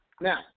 Now